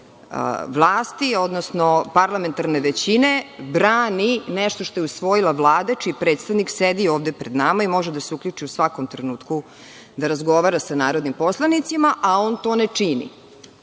vlasti, odnosno parlamentarne većine, brani nešto što je usvojila Vlada, čiji predstavnik sedi ovde pred nama i može da se uključi u svakom trenutku da razgovara sa narodnim poslanicima, a on to ne čini.